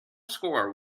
score